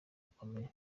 gukomeye